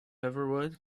everyone